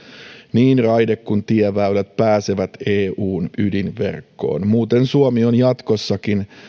niin raide kuin tieväylät pääsevät eun ydinverkkoon muuten suomi on jatkossakin